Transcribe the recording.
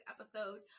episode